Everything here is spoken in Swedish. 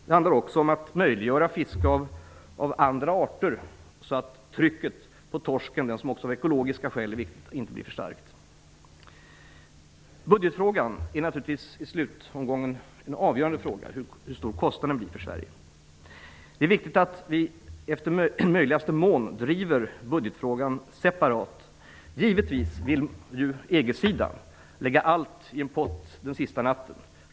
Det handlar också om att möjliggöra fiske av andra arter så att trycket på torsken inte blir för starkt av ekologiska skäl. Budgetfrågan är i slutomgången en avgörande fråga, dvs. hur stora kostnaderna blir för Sverige. Det är viktigt att vi i möjligaste mån driver budgetfrågan separat. Givetvis vill EG-sidan lägga allt i en pott den sista natten.